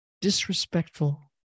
Disrespectful